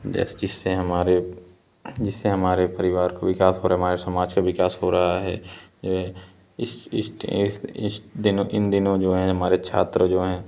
जैसे जिससे हमारे जिससे हमारे परिवार को विकास हो रहा है हमारे समाज का विकास हो रहा है इस इष्ट इष्ट इन दिनों जो है हमारे छात्र जो हैं